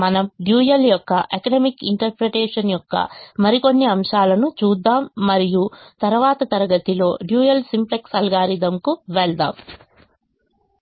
మనము డ్యూయల్ యొక్క economic interpretation యొక్క మరికొన్ని అంశాలను చూద్దాము మరియు తరువాత తరగతిలో డ్యూయల్ సింప్లెక్స్ అల్గోరిథంకు వెళ్దాం